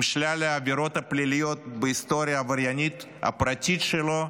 עם שלל העבירות הפליליות בהיסטוריה העבריינית הפרטית שלו,